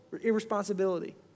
irresponsibility